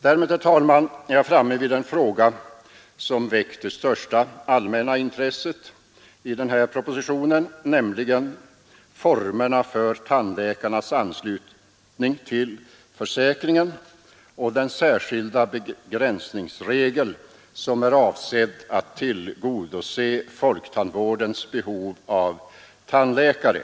Därmed, herr talman, är jag framme vid den fråga som har väckt det största allmänna intresset i den här propositionen, nämligen frågan om formerna för tandläkarnas anslutning till försäkringen och den särskilda begränsningsregel som är avsedd att tillgodose folktandvårdens behov av tandläkare.